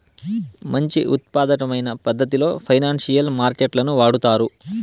మంచి ఉత్పాదకమైన పద్ధతిలో ఫైనాన్సియల్ మార్కెట్ లను వాడుతారు